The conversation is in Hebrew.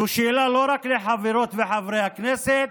זאת שאלה לא רק לחברות ולחברי הכנסת,